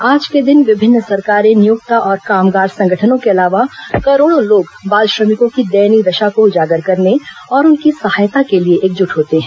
आज के दिन विभिन्न सरकारें नियोक्ता और कामगार संगठनों के अलावा करोड़ों लोग बाल श्रमिकों की दयनीय दशा को उजागर करने और उनकी सहायता के लिए एकजुट होते हैं